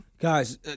Guys